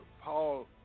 Paul